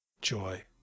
joy